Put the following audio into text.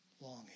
longing